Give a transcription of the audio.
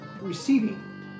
receiving